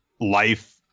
life